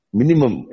minimum